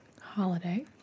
holiday